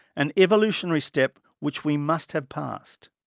an evolutionary step which we must have passed.